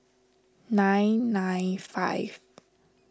nine nine five